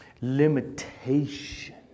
limitation